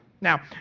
now